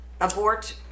abort